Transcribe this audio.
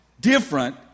different